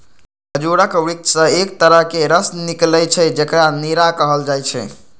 खजूरक वृक्ष सं एक तरहक रस निकलै छै, जेकरा नीरा कहल जाइ छै